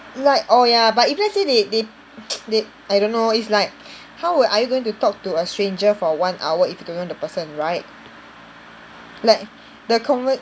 like orh ya but if let's say they they they I don't know it's like how would I going to talk to a stranger for one hour if you don't know the person right like the conver~